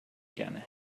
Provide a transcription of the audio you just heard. gerne